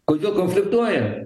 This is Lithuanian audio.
kodėl konfliktuoja